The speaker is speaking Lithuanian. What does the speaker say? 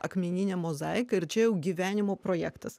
akmenine mozaika ir čia jau gyvenimo projektas